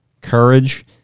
courage